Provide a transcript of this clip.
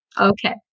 Okay